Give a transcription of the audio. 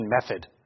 method